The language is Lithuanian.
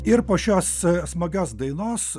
ir po šios smagios dainos